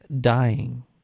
dying